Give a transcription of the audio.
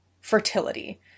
fertility